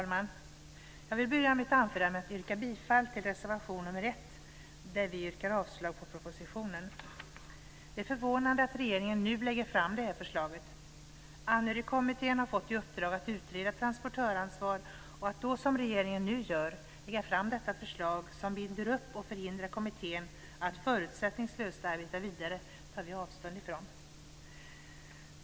Fru talman! Jag vill börja mitt anförande med att yrka bifall till reservation nr 1, där vi yrkar avslag på propositionen. Det är förvånande att regeringen nu lägger fram det här förslaget. Anhörigkommittén har fått i uppdrag att utreda transportörsansvar och att då, som regeringen nu gör, lägga fram detta förslag som binder upp och förhindrar kommittén att förutsättningslöst arbeta vidare tar vi avstånd från.